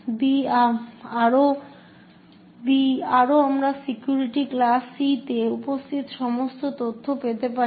B আরও আমরা security class C তে উপস্থিত সমস্ত তথ্য পেতে পারি